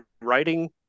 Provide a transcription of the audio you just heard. writing